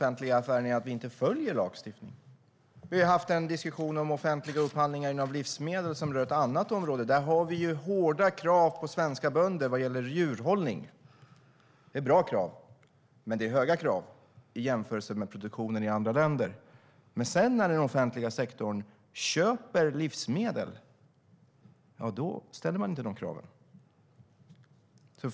Herr talman! Problemet i offentlig verksamhet är att man inte följer lagstiftningen. Det har förts en diskussion om offentlig upphandling inom livsmedelsproduktion som rör ett annat område. Vi har hårda krav på svenska bönder när det gäller djurhållning. Det är bra krav, men de är höga i jämförelse med produktionen i andra länder. När den offentliga sektorn köper livsmedel, då ställer man inte de kraven.